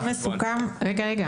רגע,